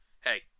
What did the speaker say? Hey